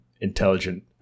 intelligent